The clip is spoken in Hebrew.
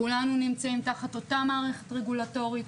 כולנו נמצאים תחת אותה מערכת רגולטורית.